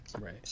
Right